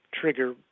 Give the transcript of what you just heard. trigger